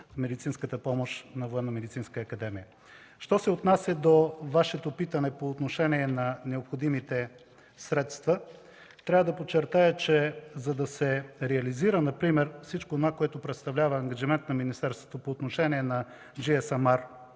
Военномедицинска академия. Що се отнася до Вашето питане по отношение на необходимите средства, трябва да подчертая, че, за да се реализира например всичко онова, което представлява ангажимент на министерството по отношение на GSM-R